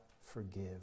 forgive